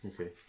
Okay